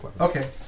Okay